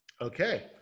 Okay